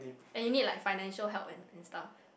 and you need like financial help and and stuff